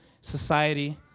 society